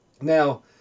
Now